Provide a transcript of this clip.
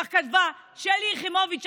כך כתבה שלי יחימוביץ',